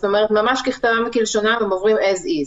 כלומר ממש ככתבם וכלשונם הם עוברים as is.